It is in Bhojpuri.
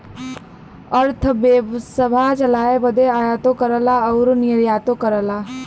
अरथबेवसथा चलाए बदे आयातो करला अउर निर्यातो करला